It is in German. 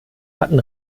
hatten